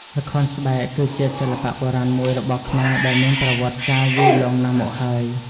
ល្ខោនស្បែកគឺជាសិល្បៈបុរាណមួយរបស់ខ្មែរដែលមានប្រវត្តិកាលយូរលង់ណាស់មកហើយ។